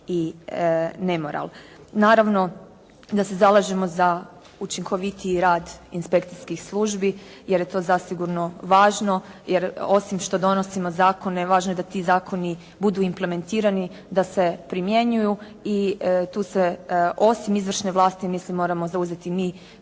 i nemoral. Naravno da se zalažemo za učinkovitiji rad inspekcijskih službi, jer je to zasigurno važno, jer osim što donosimo zakone važno je da ti zakoni budu implementirani, da se primjenjuju i tu se osim Izvršne vlasi mislim moramo se zauzeti mi